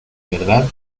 verdad